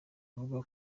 avuga